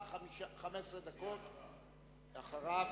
נתון אחר,